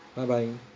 bye bye